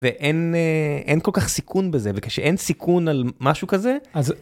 ואין, אין כל כך סיכון בזה וכשאין סיכון על משהו כזה, אז